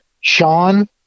Sean